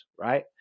right